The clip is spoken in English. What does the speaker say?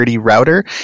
router